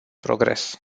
progres